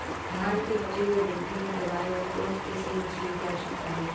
धान के बचे हुए डंठल ल दबाये बर कोन एसई मशीन के आवश्यकता हे?